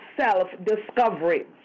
self-discovery